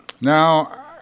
now